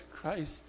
Christ